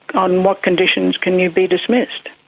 on what conditions can you be dismissed?